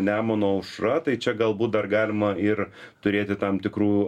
nemuno aušra tai čia galbūt dar galima ir turėti tam tikrų